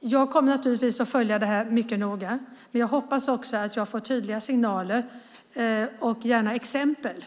Jag kommer att följa detta mycket noga. Jag hoppas också att jag får tydliga signaler och gärna exempel